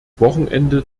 wochenende